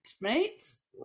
Meats